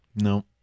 no